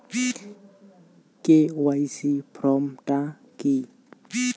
KYC form টা কি?